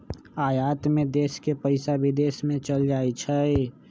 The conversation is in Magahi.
आयात में देश के पइसा विदेश में चल जाइ छइ